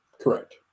Correct